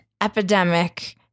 epidemic